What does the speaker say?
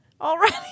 already